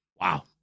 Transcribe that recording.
wow